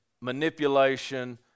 manipulation